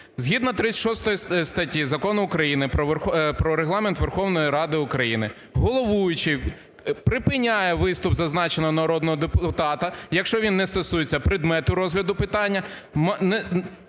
Згідно 36 статті Закону України "Про Регламент Верховної Ради України", головуючий припиняє виступ зазначеного народного депутата, якщо він не стосується предмету розгляду питання,